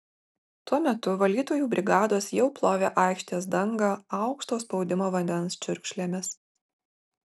tuo metu valytojų brigados jau plovė aikštės dangą aukšto spaudimo vandens čiurkšlėmis